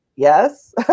Yes